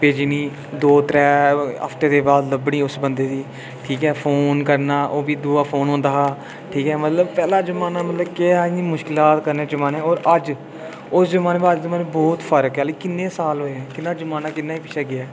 दो त्रै हप्ते दे बाद लब्भनी उस बंदे दी ठीक ऐ फोन करना ओह् बी दूआ फोन होंदा हा ठीक ऐ मतलब पैह्ला जमाना मतलब केह् हा इन्नी मुश्कलात कन्नै जमाने और अज्ज उस जमाने कोलू अज्ज बहुत फर्क ऐ लेकिन किन्ने साल होए किन्ना जमाना किन्नै पिच्छै गेआ